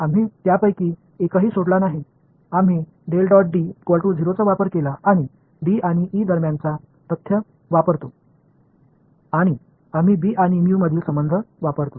आम्ही त्यापैकी एकही सोडला नाही आम्ही चा वापर केला आणि डी आणि ई दरम्यानचा तथ्य वापरतो आणि आम्ही बी आणि म्यू मधील संबंध वापरतो